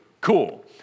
cool